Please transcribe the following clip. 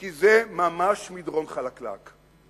כי זה ממש מדרון חלקלק.